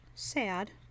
Sad